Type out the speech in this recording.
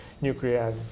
nuclear